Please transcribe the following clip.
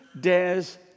dares